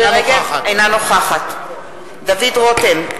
אינה נוכחת דוד רותם,